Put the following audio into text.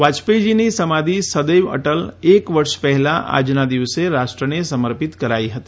વાજપેઇજીની સમાધિ સદૈવ અટલ એક વર્ષ પહેલાં આજના દિવસે રાષ્ટ્રને સમર્પિત કરાઇ હતી